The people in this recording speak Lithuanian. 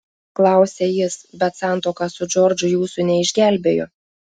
klausia jis bet santuoka su džordžu jūsų neišgelbėjo